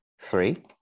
Three